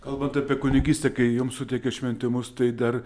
kalbant apie kunigystę kai jums suteikė šventimus tai dar